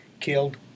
killed